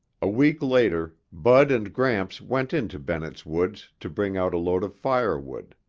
a week later, bud and gramps went into bennett's woods to bring out a load of firewood.